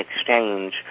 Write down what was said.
exchange